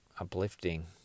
uplifting